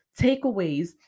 takeaways